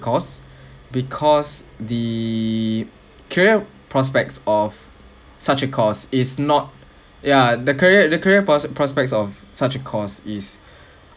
course because the career prospects of such a course is not ya the career the career pros~ prospects of such a cause is